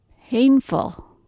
painful